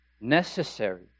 necessary